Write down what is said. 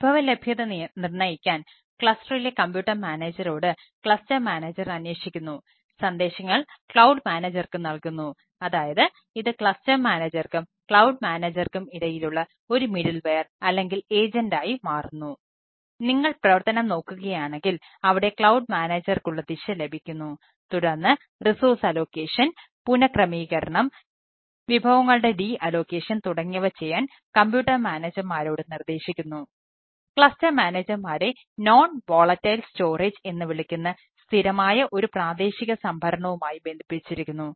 വിഭവ ലഭ്യത നിർണ്ണയിക്കാൻ ക്ലസ്റ്ററിലെ കമ്പ്യൂട്ടർ മാനേജരോട് ആയിരിക്കുമ്പോൾ അഭാവം അല്ലെങ്കിൽ ചില പ്രശ്നങ്ങൾ വരുന്നു